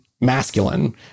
masculine